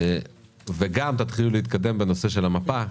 גם תתחילו להתקדם בנושא המפה,